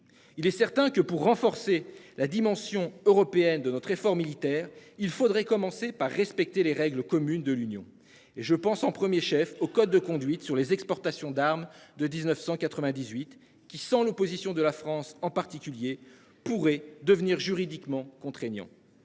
Il est certain que pour renforcer la dimension européenne de notre effort militaire. Il faudrait commencer par respecter les règles communes de l'Union et je pense en 1er chef au code de conduite sur les exportations d'armes de 1998 qui sans l'opposition de la France en particulier, pourrait devenir juridiquement contraignant.